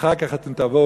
ואחר כך אתם תבואו,